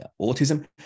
autism